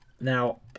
Now